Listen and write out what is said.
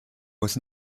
was